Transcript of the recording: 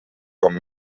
com